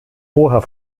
vorher